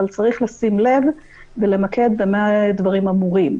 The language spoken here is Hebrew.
אבל צריך לשים לב ולמקד במה דברים אמורים.